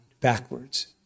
backwards